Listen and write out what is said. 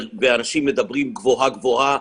ואנשים מדברים גבוהה גבוהה.